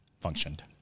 functioned